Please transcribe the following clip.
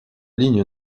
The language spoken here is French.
ligne